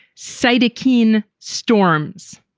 cytokine storms.